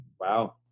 Wow